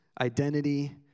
identity